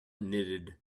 knitted